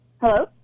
Hello